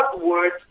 words